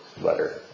letter